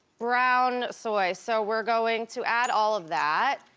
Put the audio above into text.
brown soy. so we're going to add all of that.